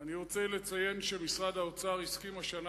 אני רוצה לציין שמשרד האוצר הסכים השנה